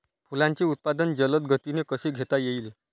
फुलांचे उत्पादन जलद गतीने कसे घेता येईल?